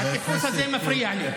הטיפוס הזה מפריע לי.